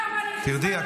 אתה אומר לי: חיזבאללה,